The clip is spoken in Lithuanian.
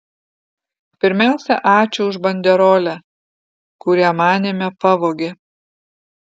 pirmiausia ačiū už banderolę kurią manėme pavogė